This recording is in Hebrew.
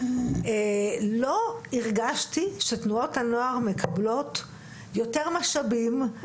לא הרגשתי שתנועות הנוער מקבלות יותר משאבים,